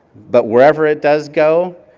but wherever it does go,